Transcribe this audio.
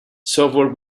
software